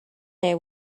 day